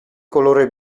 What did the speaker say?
colore